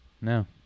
no